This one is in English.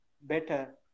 better